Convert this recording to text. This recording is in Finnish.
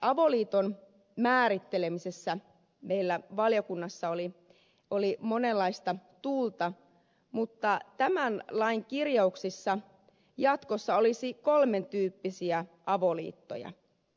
avoliiton määrittelemisessä meillä valiokunnassa oli monenlaista tuulta mutta tämän lain kirjauksissa jatkossa olisi kolmen tyyppisiä avoliittoja